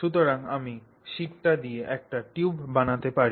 সুতরাং আমি শীটটি দিয়ে একটি টিউব বানাতে পারি